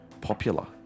popular